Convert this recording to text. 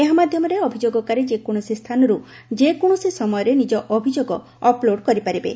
ଏହା ମାଧ୍ଘମରେ ଅଭିଯୋଗକାରୀ ଯେ କୌଣସି ସ୍ଚାନରୁ ଯେ କୌଣସି ସମୟରେ ନିଜ ଅଭିଯୋଗ ଅପ୍ଲୋଡ଼୍ କରିପାରିବେ